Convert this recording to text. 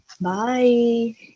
Bye